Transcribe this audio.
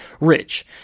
rich